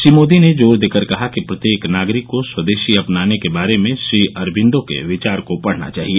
श्री मोदी ने जोर देकर कहा कि प्रत्येक नागरिक को स्वदेशी अपनाने के बारे में श्री अरबिंदो के विचारों को पढ़ना चाहिए